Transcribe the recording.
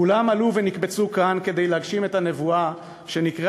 כולם עלו ונקבצו כאן כדי להגשים את הנבואה שנקראה